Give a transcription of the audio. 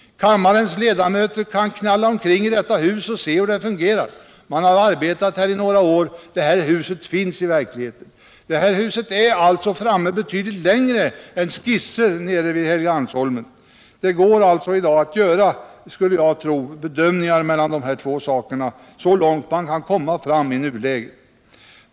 Riksdagens ledamöter kan knalla omkring i detta hus och se hur det fungerar. Man har arbetat här i några år. Det här huset ligger betydligt längre fram i planeringen än de skisser som gäller för Helgeandsholmen. Det går att göra bedömningar mellan de här två sakerna.